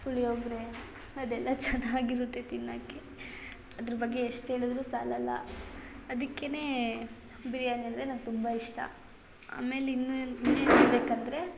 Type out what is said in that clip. ಪುಳಿಯೋಗರೆ ಅದೆಲ್ಲ ಚೆನ್ನಾಗಿರುತ್ತೆ ತಿನ್ನಕ್ಕೆ ಅದ್ರ ಬಗ್ಗೆ ಎಷ್ಟು ಹೇಳದ್ರು ಸಾಲಲ್ಲ ಅದಿಕ್ಕೆ ಬಿರ್ಯಾನಿ ಅಂದರೆ ನಂಗೆ ತುಂಬ ಇಷ್ಟ ಆಮೇಲೆ ಇನ್ನೂ ಏನು ಇನ್ನೇನು ಹೇಳಬೇಕಂದ್ರೆ